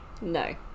No